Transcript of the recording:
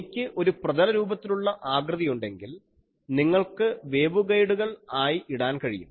എനിക്ക് ഒരു പ്രതല രൂപത്തിലുള്ള ആകൃതി ഉണ്ടെങ്കിൽ നിങ്ങൾക്ക് വേവ്ഗൈഡുകൾ ആയി ഇടാൻ കഴിയും